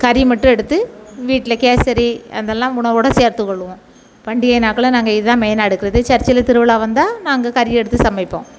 கறி மட்டும் எடுத்து வீட்டில் கேசரி அதெல்லாம் உணவோட சேர்த்துக்கொள்ளுவோம் பண்டிகை நாட்களில் நாங்கள் இதான் மெயின்னா எடுக்கிறது சர்ச்சில் திருவிழா வந்தால் நாங்கள் கறி எடுத்து சமைப்போம்